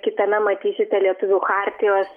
kitame matysite lietuvių chartijos